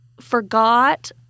forgot